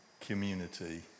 community